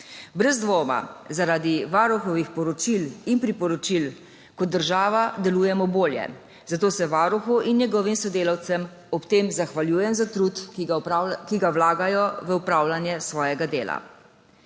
Brez dvoma zaradi Varuhovih poročil in priporočil kot država delujemo bolje, zato se Varuhu in njegovim sodelavcem ob tem zahvaljujem za trud, ki ga vlagajo v opravljanje svojega dela.